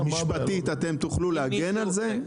משפטית אתם תוכלו להגן על זה?